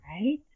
right